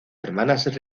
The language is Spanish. hermanas